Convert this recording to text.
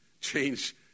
change